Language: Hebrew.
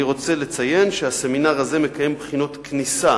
אני רוצה לציין שהסמינר הזה מקיים בחינות כניסה